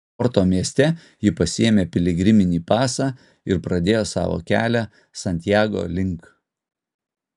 porto mieste ji pasiėmė piligriminį pasą ir pradėjo savo kelią santiago link